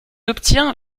obtient